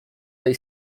tej